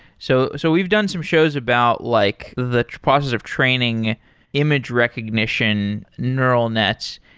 so so we've done some shows about like the process of training image recognition neural nets,